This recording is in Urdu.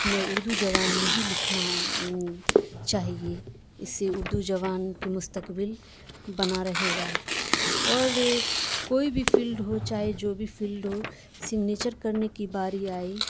ہمیں اردو زبان میں ہی لکھنا چاہیے اس سے اردو جوبان کے مستقبل بنا رہے گا اور کوئی بھی فیلڈ ہو چاہے جو بھی فیلڈ ہو سگنیچر کرنے کی باری آئی